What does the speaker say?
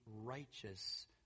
righteous